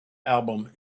album